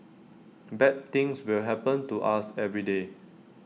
bad things will happen to us every day